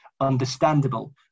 understandable